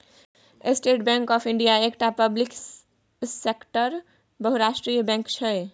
state Bank of India एकटा public सेक्टरक बहुराष्ट्रीय बैंक छै